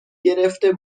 گرفته